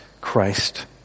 Christ